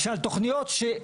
על שאילתה שהגשתי,